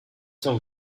some